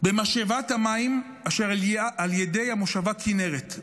במשאבת המים אשר על יד המושבה כינרת,